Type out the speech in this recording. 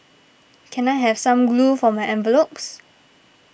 can I have some glue for my envelopes